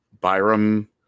Byram